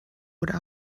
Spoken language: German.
oder